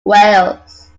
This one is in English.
wales